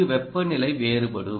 இங்கு வெப்பநிலை வேறுபடும்